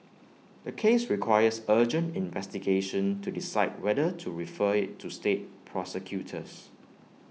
the case requires urgent investigation to decide whether to refer IT to state prosecutors